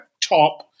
top